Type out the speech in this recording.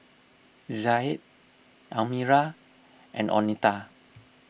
Zaid Almira and oneta